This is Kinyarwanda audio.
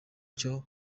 cyo